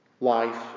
life